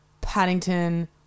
Paddington